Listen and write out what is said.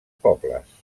pobles